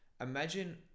Imagine